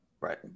Right